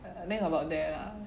I think about there lah